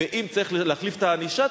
ואם צריך להחליף את הענישה,